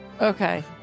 Okay